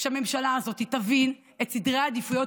שהממשלה הזאת תבין את סדרי העדיפויות